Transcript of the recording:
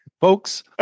folks